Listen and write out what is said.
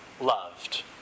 loved